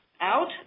out